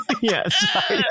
Yes